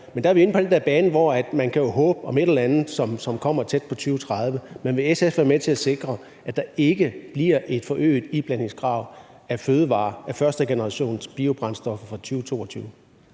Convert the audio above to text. men der er vi inde på den der bane, hvor man kan håbe på et eller andet, som kommer tæt på 2030. Men vil SF være med til at sikre, at der ikke bliver et forøget iblandingskrav med hensyn til fødevarer i førstegenerationsbiobrændstoffer fra 2022?